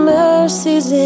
mercies